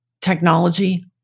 technology